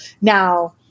Now